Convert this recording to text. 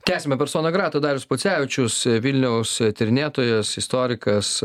tęsiame persona grata darius pocevičius vilniaus tyrinėtojas istorikas